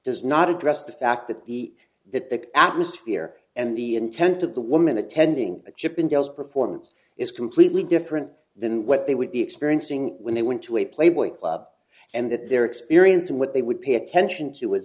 does not address the fact that the that the atmosphere and the intent of the woman attending the chippendales performance is completely different than what they would be experiencing when they went to a playboy club and that their experience and what they would pay attention to w